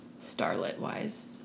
Starlet-wise